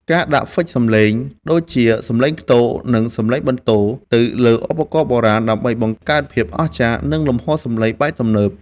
ការដាក់ហ្វិចសំឡេង ដូចជា សំឡេងខ្ទរ និង សំឡេងបន្ទរ ទៅលើឧបករណ៍បុរាណ ដើម្បីបង្កើតភាពអស្ចារ្យ និងលំហសំឡេងបែបទំនើប។